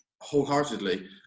wholeheartedly